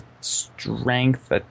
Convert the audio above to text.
strength